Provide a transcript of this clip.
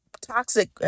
toxic